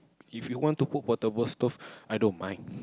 if you want to put portable stove i don't mind